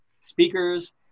speakers